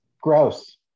gross